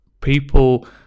people